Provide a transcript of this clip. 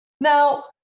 Now